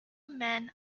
men